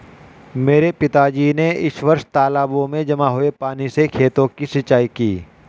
मेरे पिताजी ने इस वर्ष तालाबों में जमा हुए पानी से खेतों की सिंचाई की